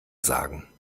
sagen